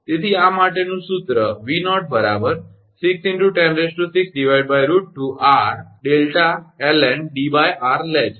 તેથી આ માટેનું સૂત્ર 𝑉0 6×106√2𝑟𝛿ln𝐷𝑟 લે છે